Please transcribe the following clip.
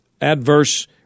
adverse